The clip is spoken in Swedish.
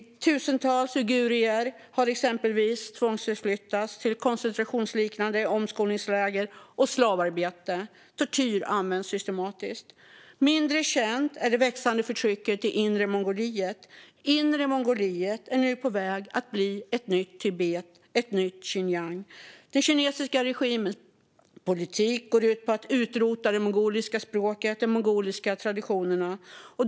Tusentals uigurer har exempelvis tvångsförflyttats till koncentrationslägerliknande omskolningsläger och slavarbete. Tortyr används systematiskt. Mindre känt är det växande förtrycket i Inre Mongoliet. Inre Mongoliet är nu på väg att bli ett nytt Tibet eller ett nytt Xinjiang. Den kinesiska regimens politik går ut på att utrota det mongoliska språket och de mongoliska traditionerna.